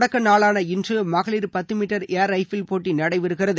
தொடக்க நாளான இன்று மகளிர் பத்து மீட்டர் எர் ரைஃபிள் போட்டி நடைபெறுகிறது